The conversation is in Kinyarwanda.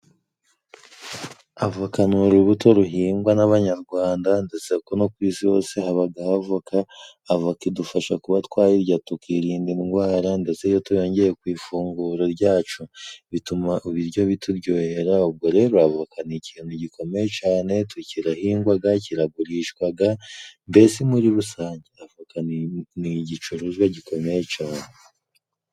Avoka ni urubuto ruhingwa n’Abanyarwanda, ndetse ko no ku isi hose habaga ho avoka, avoka idufasha kuba twayirya tukirinda indwara, ndetse iyo tuyongeye ku ifunguro ryacu, bituma ibiryo bituryohera, ubwo rero avoka ni ikintu gikomeye cane, tukirahingwaga, kiragurishwaga, mbese muri rusange avoka ni igicuruzwa gikomeye cane.